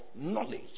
knowledge